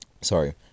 Sorry